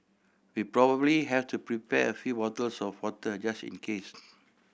we probably have to prepare a few bottles of water just in case